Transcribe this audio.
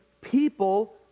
people